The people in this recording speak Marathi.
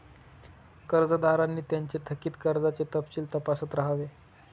कर्जदारांनी त्यांचे थकित कर्जाचे तपशील तपासत राहावे